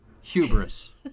hubris